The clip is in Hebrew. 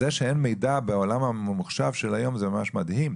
זה שאין מידע בעולם הממוחשב של היום זה ממש מדהים,